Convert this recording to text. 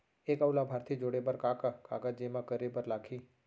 एक अऊ लाभार्थी जोड़े बर का का कागज जेमा करे बर लागही?